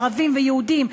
ערבים ויהודים,